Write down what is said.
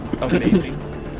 amazing